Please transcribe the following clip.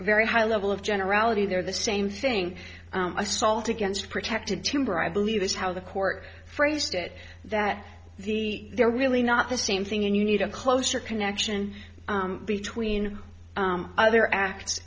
very high level of generality there the same thing assault against protected timber i believe that's how the court phrased it that the they're really not the same thing and you need a closer connection between other act